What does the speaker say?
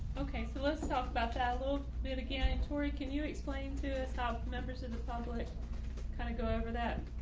okay, so let's talk about that a little bit. again, tory, can you explain to us how members of the public kind of go over that?